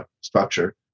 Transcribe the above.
structure